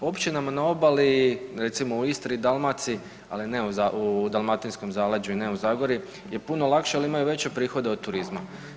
Općinama na obali, recimo u Istri i Dalmaciji, ali ne u Dalmatinskom zaleđu i ne u zagori je puno lakše jel imaju veće prihode od turizma.